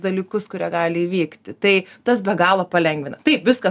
dalykus kurie gali įvykti tai tas be galo palengvina taip viską